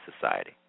society